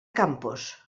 campos